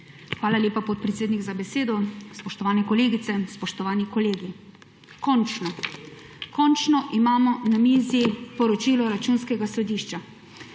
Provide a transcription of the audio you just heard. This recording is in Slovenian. Hvala lepa, podpredsednik, za besedo. Spoštovane kolegice, spoštovani kolegi! Končno, končno imamo na mizi poročilo Računskega sodišča,